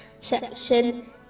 section